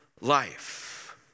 life